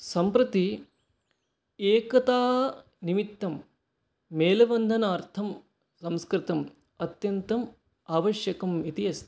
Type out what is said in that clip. सम्प्रति एकता निमित्तं मेलबन्धनार्थं संस्कृतम् अत्यन्तम् आवश्यकम् इति अस्ति